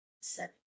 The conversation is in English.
Seven